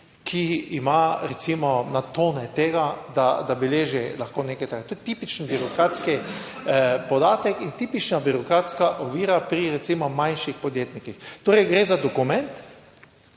recimo na tone tega, da beleži lahko nekaj takega. To je tipičen birokratski podatek in tipična birokratska ovira pri recimo manjših podjetnikih. Torej gre za dokument,